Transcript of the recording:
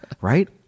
Right